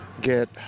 get